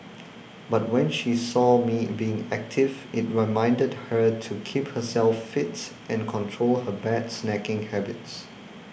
but when she saw me being active it reminded her to keep herself fit and control her bad snacking habits